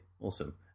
Awesome